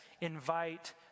invite